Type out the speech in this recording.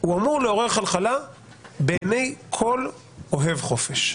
אמור לעורר חלחלה בעיני כל אוהב חופש,